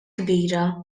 kbira